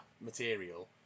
material